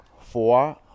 four